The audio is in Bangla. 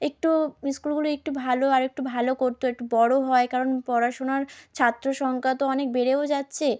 একটু স্কুলগুলো একটু ভালো আর একটু ভালো করত একটু বড় হয় কারণ পড়াশোনার ছাত্র সংখ্যা তো অনেক বেড়েও যাচ্ছে